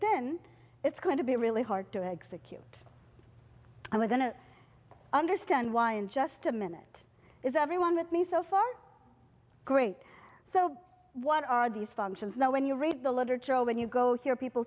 then it's going to be really hard to exec you i'm going to understand why in just a minute is everyone with me so far great so what are these functions now when you read the literature or when you go hear people